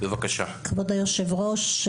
כבוד היושב ראש,